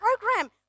program